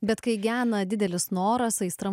bet kai gena didelis noras aistra